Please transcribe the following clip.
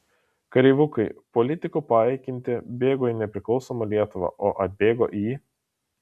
kareivukai politikų paakinti bėgo į nepriklausomą lietuvą o atbėgo į